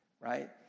right